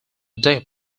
deep